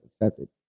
accepted